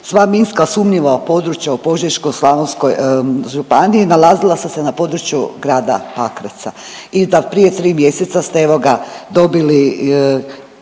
sva minska sumnjiva područja u Požeško-slavonskoj županiji nalazila su se na području Grada Pakraca. I do prije 3 mjeseca ste evo